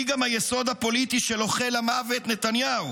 היא גם היסוד הפוליטי של אוכל המוות נתניהו